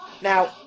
Now